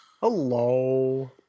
hello